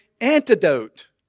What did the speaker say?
antidote